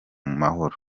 mahoro